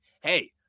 Hey